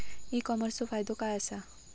E कॉमर्सचो फायदो काय असा?